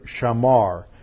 shamar